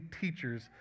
teachers